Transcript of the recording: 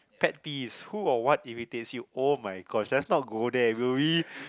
pet peeves who or what irritates you oh-my-gosh let's not go there will we